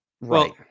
Right